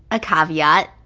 a caveat.